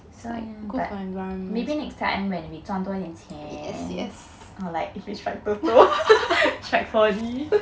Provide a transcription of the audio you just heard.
but maybe next time when we 赚多点钱 or like if we strike Toto strike four D